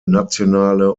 nationale